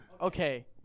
Okay